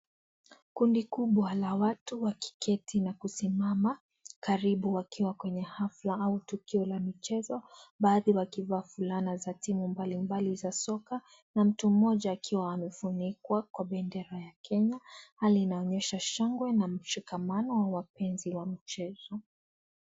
Kundi kubwa la watu wakiketi na kusimama karibu wakiwa kwenye hafla ya tukio la michezo baadhi wakivaa fulana za timu mbalimbali za soka na mtu mmoja akiwa amefunikwa kwa bendera ya Kenya . Hali inaonyesha shangwe na mshikamano wa wapenzi wa mchezo.